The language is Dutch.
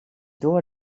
door